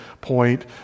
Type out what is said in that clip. point